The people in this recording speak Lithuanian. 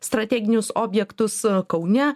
strateginius objektus kaune